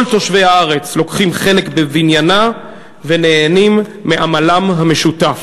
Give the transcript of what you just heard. וכל תושבי הארץ לוקחים חלק בבניינה ונהנים מעמלם המשתף.